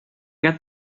get